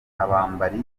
abambari